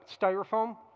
styrofoam